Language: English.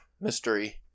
mystery